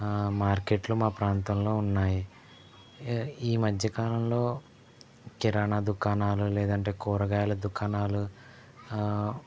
మార్కెట్లు మా ప్రాంతంలో ఉన్నాయి ఈ మధ్య కాలంలో కిరాణా దుకాణాలు లేదంటే కూరగాయల దుకాణాలు ఆ